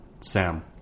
Sam